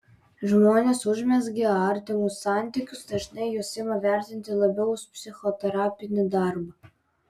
žmonės užmezgę artimus santykius dažnai juos ima vertinti labiau už psichoterapinį darbą